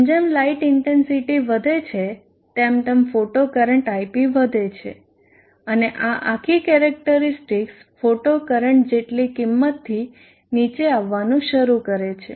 જેમ જેમ light intensity વધે છે તેમ તેમ ફોટો કરંટ ip વધે છે અને આ આખી કેરેક્ટરીસ્ટિક્સ ફોટો કરંટ જેટલી કિંમતથી નીચે આવવાનું શરૂ કરે છે